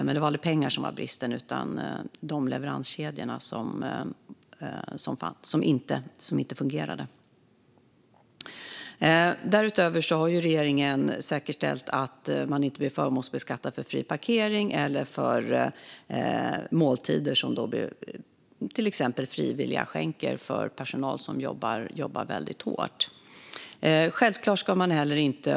Men det var aldrig pengar som var bristen, utan det var de leveranskedjor som inte fungerade. Därutöver har regeringen säkerställt att man inte blir förmånsbeskattad för fri parkering eller för måltider som till exempel frivilliga skänker till personal som jobbar väldigt hårt.